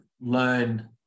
learn